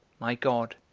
my god,